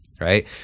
Right